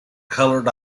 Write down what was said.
colored